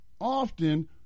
often